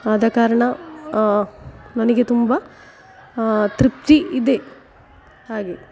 ಆದ ಕಾರಣ ನನಗೆ ತುಂಬ ತೃಪ್ತಿ ಇದೆ ಹಾಗೆ